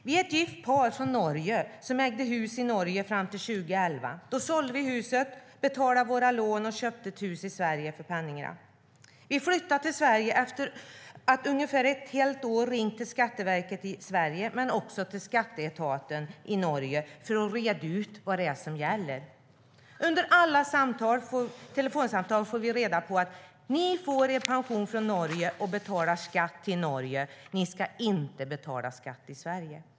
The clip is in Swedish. Vi är ett gift par från Norge som ägde hus i Norge fram till 2011. Då sålde vi huset, betalade våra lån och köpte ett hus i Sverige för pengarna. Vi flyttade till Sverige efter att i ungefär ett helt år ha ringt till Skatteverket i Sverige men också till Skatteetaten i Norge för att reda ut vad det är som gäller. Under alla telefonsamtal får vi reda på: Ni får er pension från Norge och betalar skatt i Norge. Ni ska inte betala skatt i Sverige.